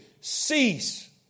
Cease